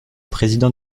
président